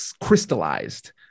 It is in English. crystallized